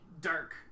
Dark